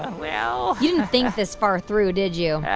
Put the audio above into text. ah well. you didn't think this far through, did you?